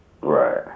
Right